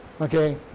Okay